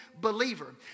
believer